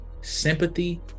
sympathy